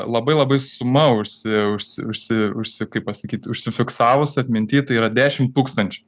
labai labai suma užsi užsi užsi užsi kaip pasakyt užsifiksavus atminty tai yra dešimt tūkstančių